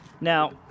Now